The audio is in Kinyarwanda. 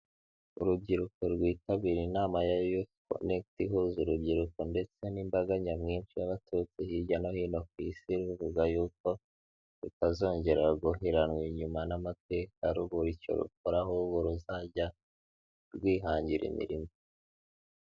Urubyiruko rwitabira inama ya yufukonegiti ihuza urubyiruko ndetse n'imbaga nyamwinshi yabaturutse hirya no hino ku isi ruvuga yuko, rutazongera guheranwa inyuma n'amateka rubura icyo rukora ahubwo ruzajya rwihangira imirimo.